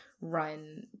run